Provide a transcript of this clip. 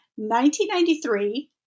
1993